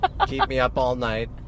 keep-me-up-all-night